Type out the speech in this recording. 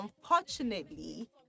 unfortunately